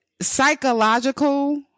psychological